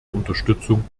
unterstützung